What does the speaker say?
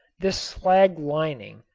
this slag lining,